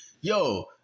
Yo